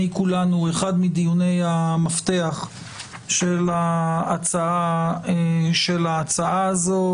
כולנו הוא אחד מדיוני המפתח של ההצעה הזו: